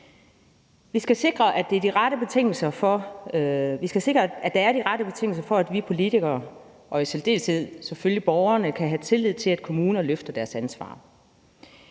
Vi skal sikre, at der er de rette betingelser for, at vi politikere og i særdeleshed selvfølgelig borgerne kan have tillid til, at kommunerne løfter deres ansvar.